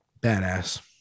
badass